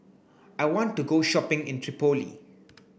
I want to go shopping in Tripoli